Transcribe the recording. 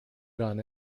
gun